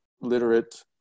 literate